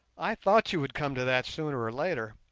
i thought you would come to that sooner or later.